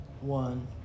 one